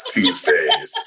Tuesdays